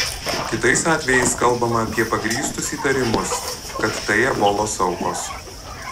kitais atvejais kalbama apie pagrįstus įtarimus kad tai ebolos aukos